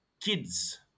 kids